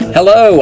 Hello